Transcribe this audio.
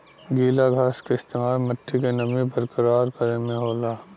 गीला घास क इस्तेमाल मट्टी क नमी बरकरार करे में होला